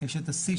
יש את השיא,